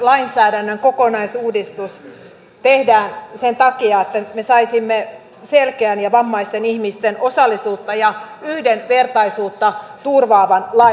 vammaislainsäädännön kokonaisuudistus tehdään sen takia että me saisimme selkeän ja vammaisten ihmisten osallisuutta ja yhdenvertaisuutta turvaavan lain